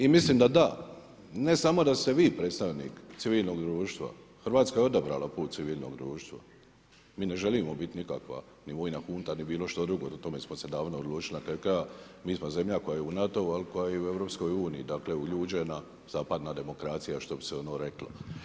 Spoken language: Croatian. I mislim da da, ne samo daste vi predstavnik civilnog društva, Hrvatska je odabrala put civilnog društva. mi ne želimo nikakva ni vojna hunta ni bilo što drugo, o tome smo se davno odlučili, na kraju krajeva mi smo zemlja koja je NATO-u ali i koja je u EU-u. dakle, uljuđena zapadna demokracija što bise ono reklo.